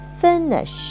Finish